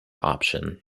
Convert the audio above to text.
option